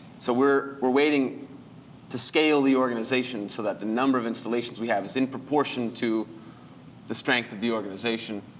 so we're we're waiting to scale the organization so that the number of installations we have is in proportion to the strength of the organization.